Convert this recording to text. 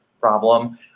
problem